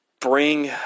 bring